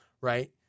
right